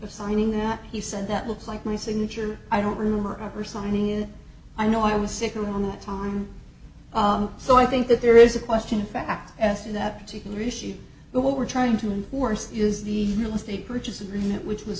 of signing or not he said that looks like my signature i don't remember ever signing in i know i was sick a long time so i think that there is a question in fact as to that particular issue but what we're trying to enforce is the real estate purchase agreement which was